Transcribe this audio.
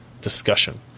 discussion